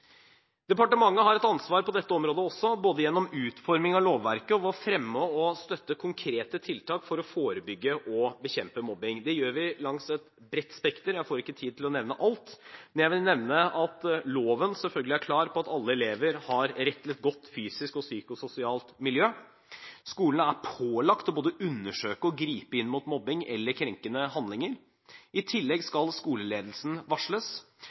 Departementet har et ansvar på dette området også, både gjennom utforming av lovverket og ved å fremme og støtte konkrete tiltak for å forebygge og bekjempe mobbing. Det gjør vi langs et bredt spekter. Jeg får ikke tid til å nevne alt, men jeg vil nevne at loven selvfølgelig er klar på at alle elever har rett til et godt fysisk og psykososialt miljø. Skolene er pålagt både å undersøke og gripe inn mot mobbing eller krenkende handlinger, i tillegg skal skoleledelsen varsles.